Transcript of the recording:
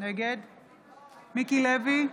מיקי לוי,